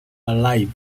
alive